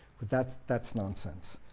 but that's that's nonsense.